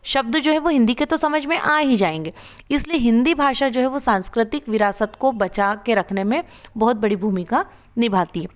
शब्द जो हिन्दी के तो समझ में आ ही जाएंगे इसलिए हिन्दी भाषा जो है संस्कृतिक विरासत को बचा के रखने में बहुत बाड़ी भूमिका निभाती